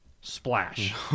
Splash